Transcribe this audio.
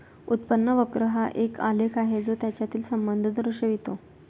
उत्पन्न वक्र हा एक आलेख आहे जो यांच्यातील संबंध दर्शवितो